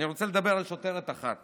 אני רוצה לדבר על שוטרת אחת